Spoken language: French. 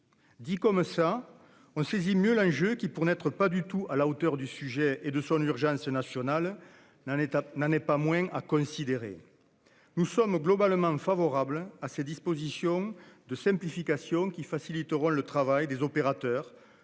exprimé, on saisit mieux l'enjeu, qui, pour n'être pas du tout à la hauteur du sujet et de son urgence nationale, n'en est pas moins à considérer. Nous sommes globalement favorables à ces dispositions de simplification qui faciliteront le travail des opérateurs-